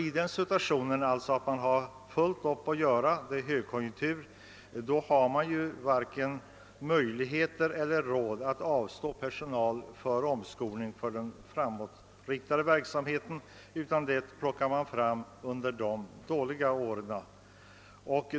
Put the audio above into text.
När man under en högkonjunktur har fullt upp att göra har man varken möjlighet eller råd att avstå personal för omskolning och framåtriktad verksamhet, utan sådan verksamhet får man uppskjuta till de dåliga åren.